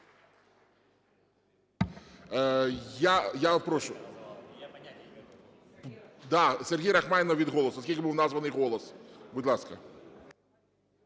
прошу… Да, Сергій Рахманін від "Голосу", оскільки був названий "Голос". Будь ласка,